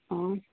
ହଁ